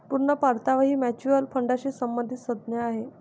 पूर्ण परतावा ही म्युच्युअल फंडाशी संबंधित संज्ञा आहे